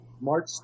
March